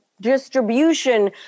distribution